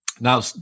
now